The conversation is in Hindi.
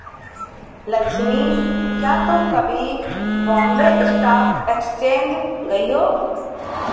लक्ष्मी, क्या तुम कभी बॉम्बे स्टॉक एक्सचेंज गई हो?